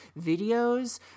videos